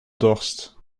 dorst